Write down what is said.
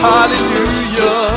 Hallelujah